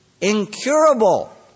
incurable